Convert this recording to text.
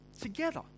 together